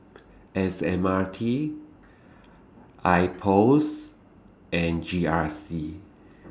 S M R T Ipos and G R C